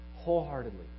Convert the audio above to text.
wholeheartedly